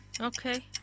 Okay